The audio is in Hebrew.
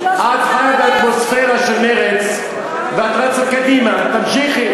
את חיה באטמוספירה של מרצ ואת רצה קדימה, תמשיכי.